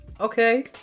okay